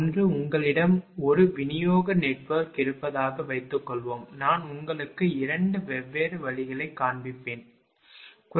ஒன்று உங்களிடம் ஒரு விநியோக நெட்வொர்க் இருப்பதாக வைத்துக்கொள்வோம் நான் உங்களுக்கு 2 வெவ்வேறு வழிகளைக் காண்பிப்பேன் இல்லையா